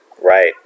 Right